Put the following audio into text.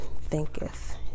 thinketh